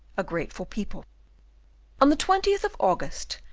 a grateful people on the twentieth of august,